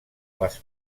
les